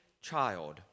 child